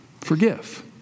Forgive